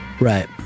Right